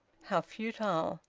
how futile!